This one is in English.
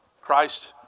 Christ